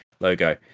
logo